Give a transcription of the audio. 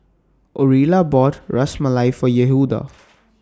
Orilla bought Ras Malai For Yehuda